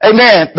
Amen